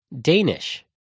Danish